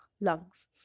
lungs